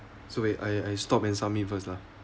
so wait I I stop and submit first lah